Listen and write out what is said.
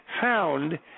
found